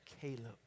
Caleb